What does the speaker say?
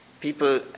People